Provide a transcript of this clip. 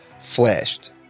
flashed